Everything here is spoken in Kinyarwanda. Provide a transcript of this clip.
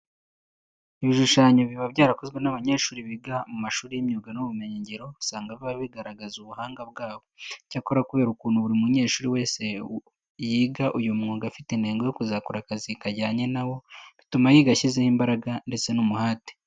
Ibishushanyo biba byarakozwe n'abanyeshuri biga mu mashuri y'imyuga n'ubumenyingiro usanga biba bigaragaza ubuhanga bwabo. Icyakora kubera ukuntu buri munyeshuri wese yiga uyu mwuga afite intego yo kuzakora akazi kajyanye na wo, bituma yiga ashyizemo imbaraga ndetse n'umuhate.